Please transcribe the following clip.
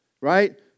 right